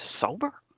sober